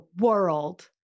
world